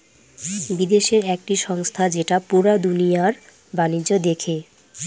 বিদেশের একটি সংস্থা যেটা পুরা দুনিয়ার বাণিজ্য দেখে